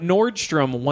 Nordstrom